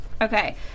okay